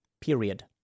period